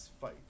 fight